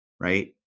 right